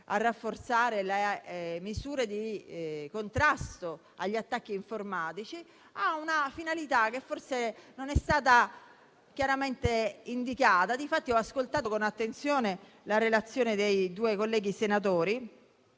rafforzamento delle misure di contrasto agli attacchi informatici, ha una finalità che forse non è stata chiaramente indicata. Ho ascoltato con attenzione la relazione dei due colleghi senatori